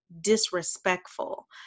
disrespectful